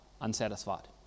unsatisfied